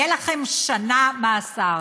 תהיה לכם שנה מאסר.